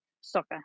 soccer